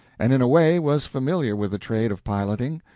and in a way was familiar with the trade of piloting.